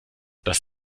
dass